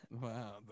Wow